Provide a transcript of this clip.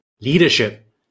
Leadership